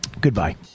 goodbye